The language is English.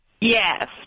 Yes